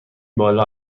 بالا